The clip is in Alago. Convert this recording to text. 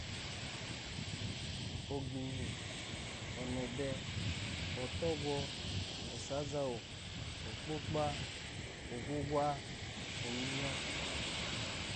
Oginyi, onede, otogwo, osazawu, okpokpa, ogwogwa, ominyo